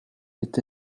est